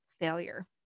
failure